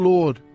Lord